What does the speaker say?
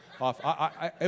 off